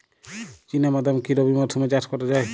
চিনা বাদাম কি রবি মরশুমে চাষ করা যায়?